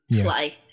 fly